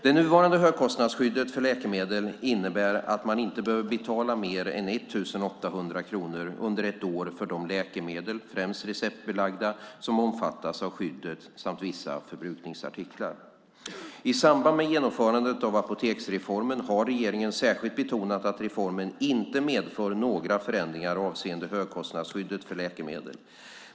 Det nuvarande högkostnadsskyddet för läkemedel innebär att man inte behöver betala mer än 1 800 kronor under ett år för de läkemedel, främst receptbelagda, som omfattas av skyddet samt vissa förbrukningsartiklar. I samband med genomförandet av apoteksreformen har regeringen särskilt betonat att reformen inte medför några förändringar avseende högkostnadsskyddet för läkemedel.